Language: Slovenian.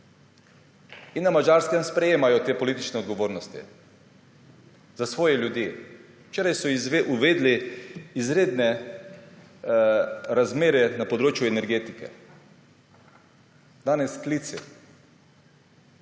Na Madžarskem sprejemajo te politične odgovornosti za svoje ljudi. Včeraj so uvedli izredne razmere na področju energetike. Danes klici